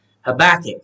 Habakkuk